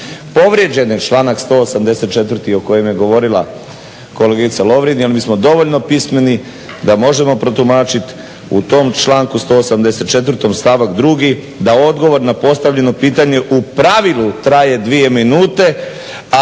Povrijeđen je članak 184. o kojem je govorila kolegica Lovrin. Jer mi smo dovoljno pismeni da možemo protumačit u tom članku 184. stavak 2. da odgovor na postavljano pitanje u pravilu traje 2 minute,